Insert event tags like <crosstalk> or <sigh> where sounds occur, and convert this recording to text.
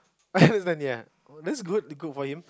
<noise> that's good good for you